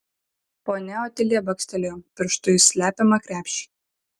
ponia otilija bakstelėjo pirštu į slepiamą krepšį